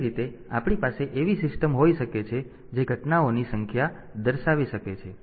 તેથી તે રીતે આપણી પાસે એવી સિસ્ટમ હોઈ શકે છે જે ઘટનાઓની સંખ્યા દર્શાવી શકે છે